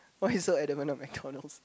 why you so adamant on McDonald's